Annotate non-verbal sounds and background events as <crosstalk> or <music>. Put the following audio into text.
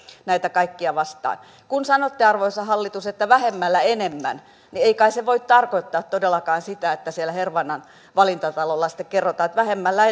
näitä kaikkia vastaan kun sanotte arvoisa hallitus että vähemmällä enemmän niin ei kai se voi tarkoittaa todellakaan sitä että siellä hervannan valintatalolla sitten kerrotaan että vähemmällä <unintelligible>